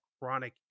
chronic